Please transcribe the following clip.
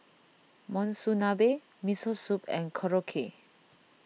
Monsunabe Miso Soup and Korokke